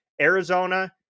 Arizona